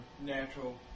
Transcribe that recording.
natural